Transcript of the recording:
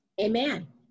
amen